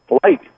Flight